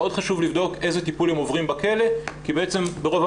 מאוד חשוב לבדוק איזה טיפול הם עוברים בכלא